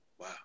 Wow